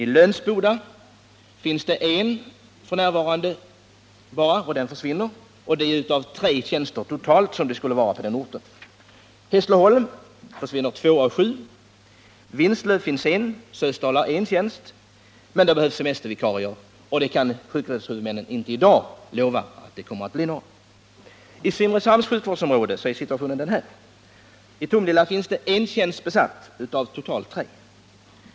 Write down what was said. I Lönsboda upprätthålls endast en av de totalt tre tjänster som det skulle vara på den orten, och den tjänsten försvinner nu. I Hässleholm försvinner två tjänster av sju. I Vinslöv finns en tjänst, likaså i Sösdala, men där behövs semestervikarier, och sjukvårdshuvudmännen kan i dag inte lova att man kan få någon sådan. I Simrishamns sjukvårdsområde är situationen den här: I Tomelilla är en tjänst besatt av totalt tre.